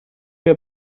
wir